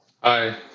Hi